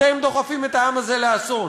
אתם דוחפים את העם הזה לאסון.